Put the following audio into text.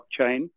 blockchain